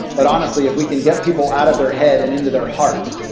but honestly if we can get people out of their head and into their heart,